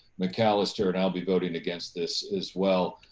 mcallister and i will be voting against this as well.